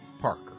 Parker